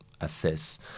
assess